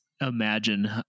imagine